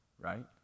right